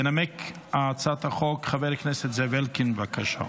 ינמק את הצעת החוק חבר הכנסת זאב אלקין, בבקשה.